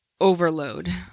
overload